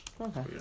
Okay